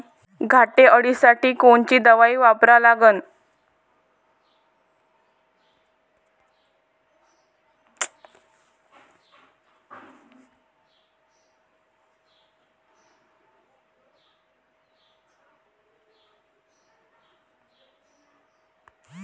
घाटे अळी साठी कोनची दवाई वापरा लागन?